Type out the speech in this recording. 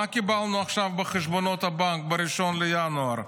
מה קיבלנו עכשיו בחשבונות הבנק ב-1 בינואר?